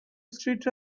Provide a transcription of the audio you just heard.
streets